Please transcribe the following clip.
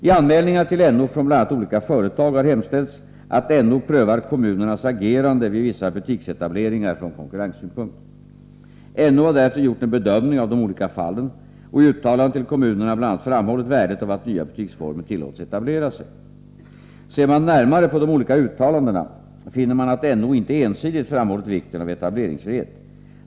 I anmälningar till NO från bl.a. olika företag har hemställts att NO prövar kommunernas agerande vid vissa butiksetableringar från konkurrenssynpunkt. NO har därefter gjort en bedömning av de olika fallen och i uttalanden till kommunerna bl.a. framhållit värdet av att nya butiksformer tillåts etablera sig. Ser man närmare på de olika uttalandena finner man att NO inte ensidigt framhållit vikten av etableringsfrihet.